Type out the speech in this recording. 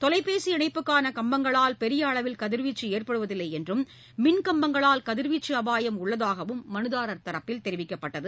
தொலைபேசி இணைப்புக்கான கம்பங்களால் பெரிய அளவில் கதிர்வீச்சு ஏற்படுவதில்லை என்றும் மின்கம்பங்களால் கதிர்வீச்சு அபாயம் உள்ளதாகவும் மனுதாரர் தரப்பில் தெரிவிக்கப்பட்டது